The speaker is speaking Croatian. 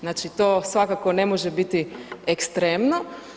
Znači, to svakako ne može biti ekstremno.